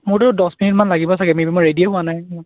মোৰতো দছ মিনিটমান লাগিব চাগে মি মই ৰেডিয়ে হোৱা নাই